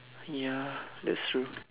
ya that's true